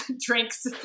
drinks